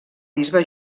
bisbe